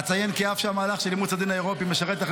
אציין כי אף שהמהלך של אימוץ הדין האירופאי משמש תפנית